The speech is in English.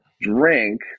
drink